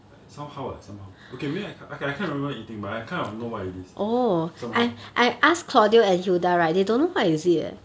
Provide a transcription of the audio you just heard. somehow ah somehow okay maybe I can't I can't remember eating but I kind of know what it is somehow